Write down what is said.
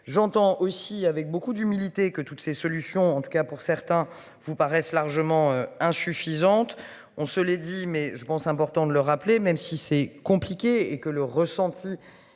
J'entends aussi avec beaucoup d'humilité que toutes ces solutions, en tout cas pour certains vous paraissent largement insuffisante. On se les dit mais je pense important de le rappeler même si c'est compliqué et que le ressenti.